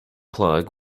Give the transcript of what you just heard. plug